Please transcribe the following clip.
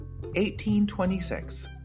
1826